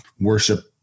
worship